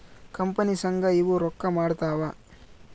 company ಸಂಘ ಇವು ರೊಕ್ಕ ಮಾಡ್ತಾವ